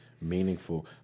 meaningful